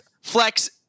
flex